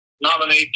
nominate